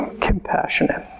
compassionate